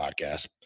podcast